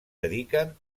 dediquen